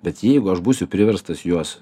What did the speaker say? bet jeigu aš būsiu priverstas juos